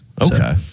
Okay